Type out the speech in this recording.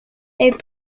est